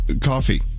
coffee